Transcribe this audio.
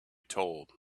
told